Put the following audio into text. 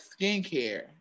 skincare